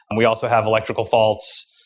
and we also have electrical faults.